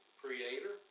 creator